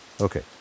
Okay